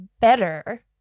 better